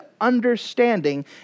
understanding